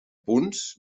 punts